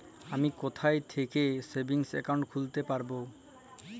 আমি কোথায় থেকে সেভিংস একাউন্ট খুলতে পারবো?